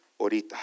ahorita